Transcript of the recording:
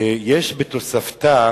יש בתוספתא,